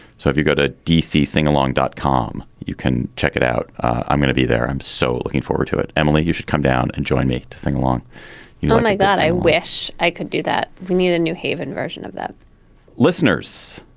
so if you go to d c, sing along dot com, you can check it out. i'm going to be there. i'm so looking forward to it. emily, you should come down and join me to sing along you don't like that. i wish i could do that. we knew the new haven version of that listeners,